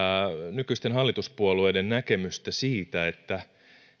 nykyisten hallituspuolueiden näkemystä siitä